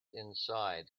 inside